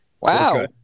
Wow